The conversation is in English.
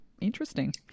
interesting